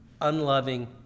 unloving